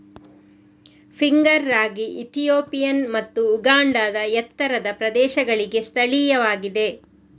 finger ragi Ethiopian ಮತ್ತು ಉಗಾಂಡಾದ ಎತ್ತರದ ಪ್ರದೇಶಗಳಿಗೆ ಸ್ಥಳೀಯವಾಗಿದೆ